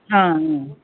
অঁ অঁ